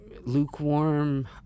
lukewarm